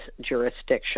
jurisdiction